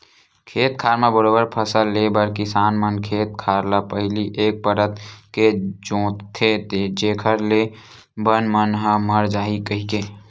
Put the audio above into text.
खेत खार म बरोबर फसल ले बर किसान मन खेत खार ल पहिली एक परत के जोंतथे जेखर ले बन मन ह मर जाही कहिके